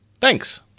Thanks